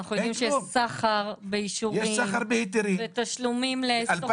וכשאנחנו יודעים שיש סחר באישורים ותשלומים לסוכנים.